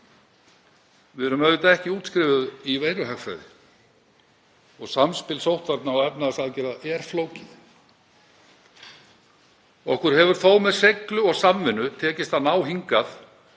Við erum auðvitað ekki útskrifuð í veiruhagfræði og samspil sóttvarna og efnahagsaðgerða er flókið. Okkur hefur þó með seiglu og samvinnu tekist að ná hingað